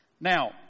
Now